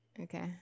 Okay